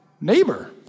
neighbor